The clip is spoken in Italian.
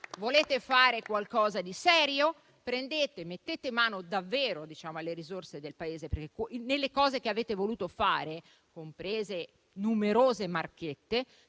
Volete fare qualcosa di serio? Mettete mano davvero alle risorse del Paese, perché nelle cose che avete voluto fare, comprese numerose marchette,